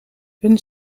hun